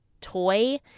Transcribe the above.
toy